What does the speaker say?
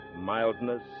mildness